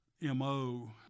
MO